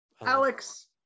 alex